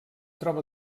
troba